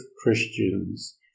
Christians